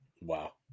Wow